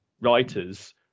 writers